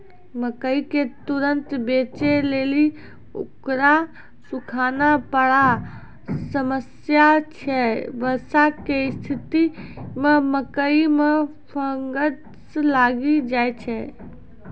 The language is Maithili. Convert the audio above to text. मकई के तुरन्त बेचे लेली उकरा सुखाना बड़ा समस्या छैय वर्षा के स्तिथि मे मकई मे फंगस लागि जाय छैय?